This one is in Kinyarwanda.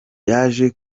yaje